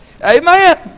amen